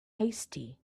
hasty